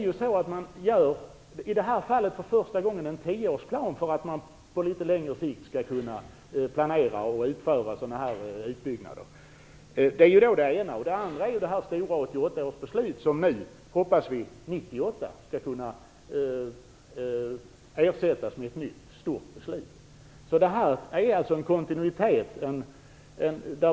I detta fall gör man för första gången en tioårsplan för att man skall kunna planera och utföra utbyggnader på litet längre sikt. Vi hoppas också att 1988 års stora beslut skall kunna ersättas med ett nytt stort beslut 1998. Det finns en kontinuitet.